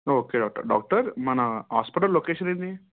okay okay doctor మన hospital location ఏంది